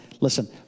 Listen